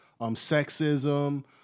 sexism